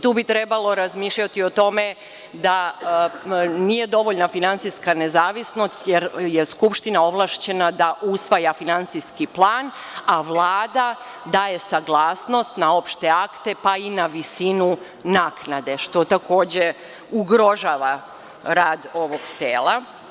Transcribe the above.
Tu bi trebalo razmišljati o tome da nije dovoljna finansijska nezavisnost, jer je Skupština ovlašćena da usvaja finansijski plan, a Vlada daje saglasnost na opšte akte, pa i na visinu naknade, što takođe ugrožava rad ovog tela.